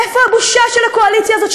איפה הבושה של הקואליציה הזאת,